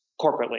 corporately